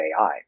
AI